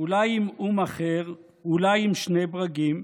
אולי עם אום אחר, אולי עם שני ברגים.